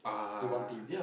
in one team